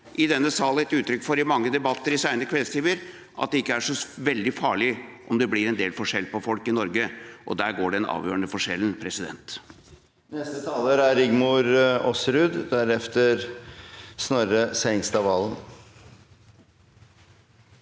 i denne sal har gitt uttrykk for i mange debatter i sene kveldstimer: at det ikke er så veldig farlig om det blir en del forskjell på folk i Norge? Der går den avgjørende forskjellen. Rigmor